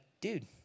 dude